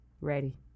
Ready